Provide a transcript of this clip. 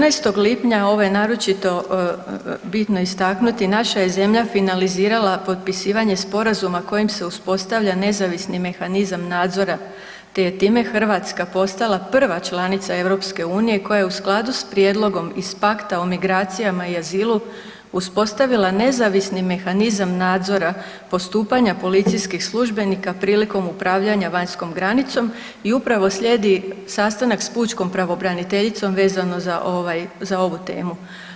14. lipnja ovo je naročito bitno istaknuti naša je zemlja finalizirala potpisivanje sporazuma kojim se uspostavlja nezavisni mehanizam nadzora te je time Hrvatska postala prva članica EU koja u skladu s prijedlogom iz pakta o migracijama i azilu uspostavila nezavisni mehanizam nadzora postupanja policijskih službenika prilikom upravljanja vanjskom granicom i upravo slijedi sastanak s pučkom pravobraniteljicom vezano za ovaj, za ovu temu.